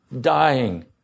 dying